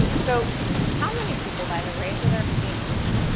so how many people, by the raise of their hands,